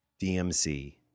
DMC